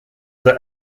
that